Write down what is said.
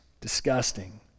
disgusting